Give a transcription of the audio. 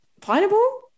Pineapple